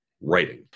writing